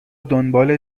دنبال